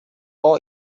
all